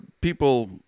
people